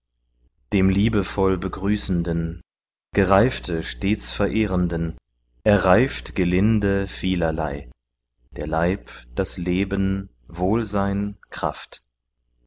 dem liebevoll begrüßenden gereifte stets verehrenden erreift gelinde viererlei der leib das leben wohlsein kraft